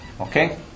Okay